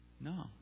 No